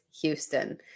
Houston